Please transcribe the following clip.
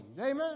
Amen